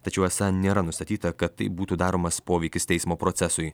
tačiau esą nėra nustatyta kad taip būtų daromas poveikis teismo procesui